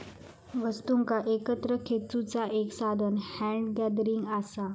वस्तुंका एकत्र खेचुचा एक साधान हॅन्ड गॅदरिंग असा